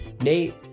Nate